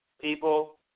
People